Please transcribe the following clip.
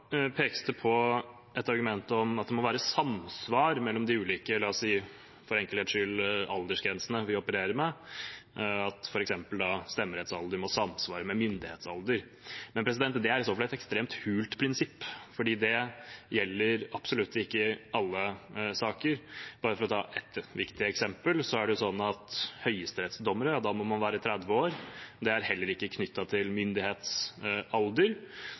pekes det på et argument om at det må være samsvar mellom de ulike, la oss for enkelhetens skyld si, aldersgrensene vi opererer med, at f.eks. stemmerettsalder må samsvare med myndighetsalder. Det er i så fall et ekstremt hult prinsipp fordi det gjelder absolutt ikke alle saker. Bare for å ta ett viktig eksempel: For å være høyesterettsdommer må man være 30 år. Det er heller ikke knyttet til myndighetsalder,